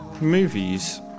movies